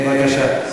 בבקשה.